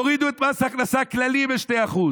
תורידו את מס הכנסה כללי ב-2%,